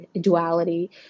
Duality